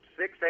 six